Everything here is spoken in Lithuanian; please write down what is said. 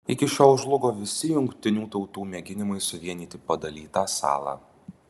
iki šiol žlugo visi jungtinių tautų mėginimai suvienyti padalytą salą